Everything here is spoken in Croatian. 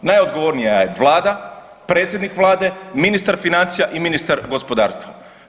Najodgovornija je vlada, predsjednik vlade, ministar financija i ministar gospodarstva.